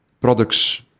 products